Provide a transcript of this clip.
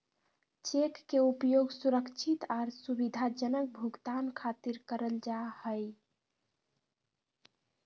cheque के उपयोग सुरक्षित आर सुविधाजनक भुगतान खातिर करल जा हय